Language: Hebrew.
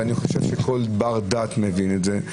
ואני חושב שכל בר דעת מבין את זה.